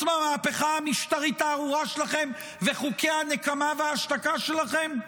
מהמהפכה המשטרית הארורה שלכם וחוקי הנקמה וההשתקה שלכם?